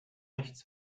nichts